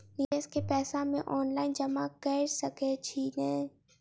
निवेश केँ पैसा मे ऑनलाइन जमा कैर सकै छी नै?